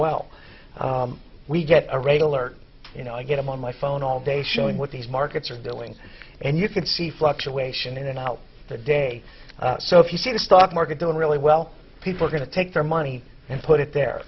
well we get a red alert you know i get i'm on my phone all day showing what these markets are doing and you can see fluctuation in and out the day so if you see the stock market doing really well people are going to take their money and put it there